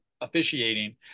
officiating